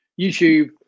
youtube